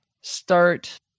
start